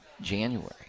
January